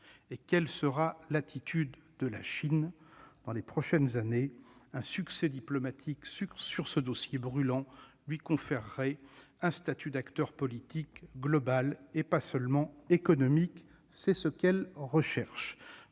Et quelle sera l'attitude de la Chine ? Dans les prochaines années, un succès diplomatique sur ce dossier brûlant lui conférerait ce statut d'acteur politique global, et plus seulement économique, qu'elle recherche.